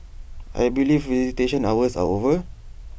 I believe visitation hours are over